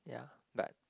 yeah but